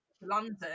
london